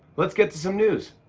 let's get to some news.